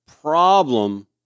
problem